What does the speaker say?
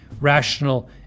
rational